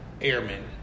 airmen